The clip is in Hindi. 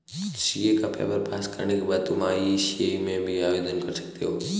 सी.ए का पेपर पास करने के बाद तुम आई.सी.ए.आई में भी आवेदन कर सकते हो